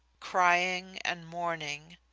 crying and mourning.